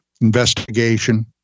investigation